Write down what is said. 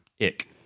Ick